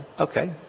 Okay